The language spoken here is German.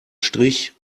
strich